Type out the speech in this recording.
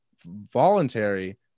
voluntary